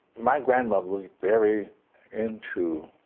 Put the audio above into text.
my grandmother was very into